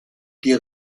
die